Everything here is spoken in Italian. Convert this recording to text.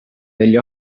degli